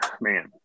man